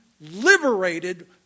liberated